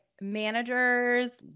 managers